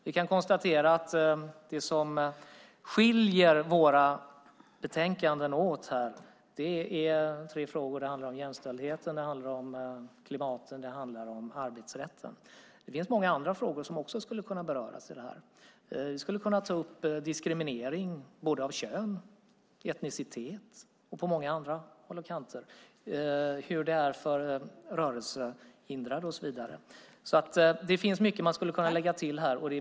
Vi kan konstatera att det som skiljer våra betänkanden åt handlar om jämställdheten, klimatet och arbetsrätten. Det finns många andra frågor som också skulle kunna beröras. Vi skulle kunna ta upp diskriminering på grund av kön, etnicitet och på många andra håll och kanter. Det kan handla om hur det är för rörelsehindrade och så vidare. Det finns mycket man skulle kunna lägga till här.